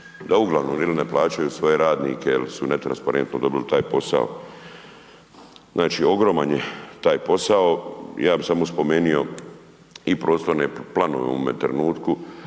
da uglavnom ili ne plaćaju svoje radnike ili su netransparentno dobili taj posao. Znači ogroman je taj posao. Ja bih samo spomenuo i prostorne planove u ovom trenutku